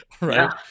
right